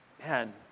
man